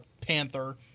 panther